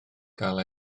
gael